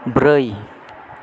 ब्रै